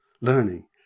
learning